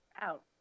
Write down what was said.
out